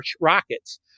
rockets